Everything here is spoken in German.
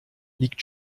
liegt